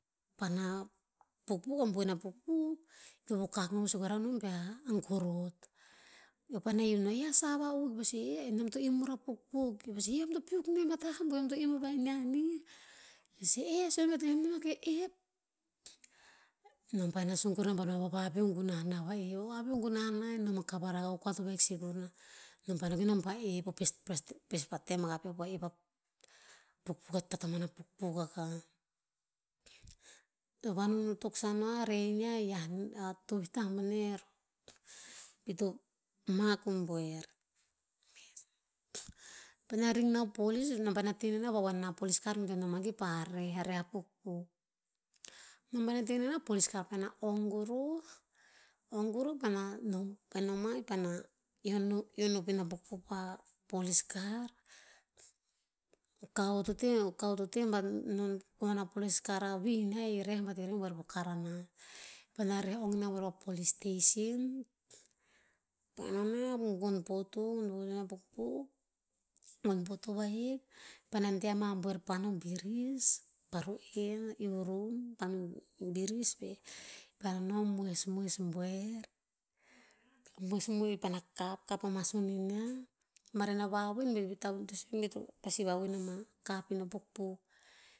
Pana pukpuk, a boena pukpuk, to vokak non sue kurah no ba a gorot. Eo paena hiv nah, "a sa va'u?" Ki pa sue, "eh nom to immur a pukpuk." Eo pa sue, "hi'i eom to piuk nem a tah a ambuh, eom to imm avainiah nih?" Ee sue nom, "ba tayah, eh meh no mah ke ep?" Nom paena sun kuruh paena vavaveo gunah va'ii. Vavaveo, enom a kavar akah o kua to vahik sikur mah. Nom pa no ke nom pa oep. pespara tem peo pa oep o pukpuk, a tatamana pukpuk akah. To vanun no, a reh iniah hiah nom, a tovih tah boneh roh. Pi to mak ko buer. Paena ring o polis, nom paena teh nenah va'uhuan nena polis kar, bi to noma kipah reh- reh a pukpuk. Nom paena te nena, polis kar paena ong kuruh, ong kuruh, paena pah noma paena eon- eon hop ina pukpuk pah polis kar, a vihinia he reh bat ir reh buer po karanas. Paena reh ong nem buer pa polis station, pa nonah, gon poto- gon poto inah pukpuk. Gon poto vahik. Paena deh ama buer panoh biris, pa ru'en a iurun panoh biris veh. Paena noh moesmoes buer, moesen. Paena kap- kap ama soniniah maren a vavoen veh, pi a tavonto sue bi to pasi vavoen in ama kap ina pukpuk.